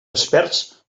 experts